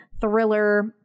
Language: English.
thriller